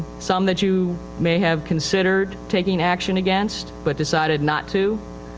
some that you may have considered taking action against, but decided not to.